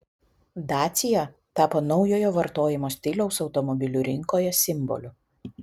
dacia tapo naujojo vartojimo stiliaus automobilių rinkoje simboliu